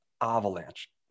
Avalanche